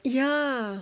ya